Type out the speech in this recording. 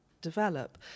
develop